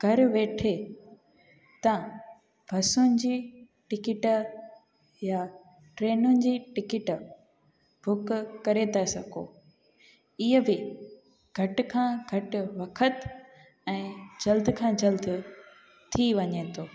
घर वेठे तव्हां बसुनि जी टिकिट या ट्रेनुनि जी टिकट बुक करे था सघो इहा बि घटि खां घटि वख़त ऐं जल्द खां जल्द थी वञे थो